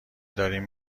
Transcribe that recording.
دارین